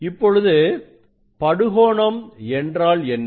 இப்பொழுது படுகோணம் என்றால் என்ன